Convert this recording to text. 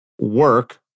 work